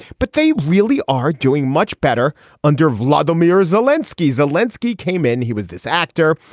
but they really are doing much better under vladimir zelinsky zelinsky came in he was this actor.